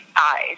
eyes